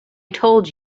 told